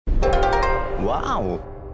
Wow